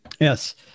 Yes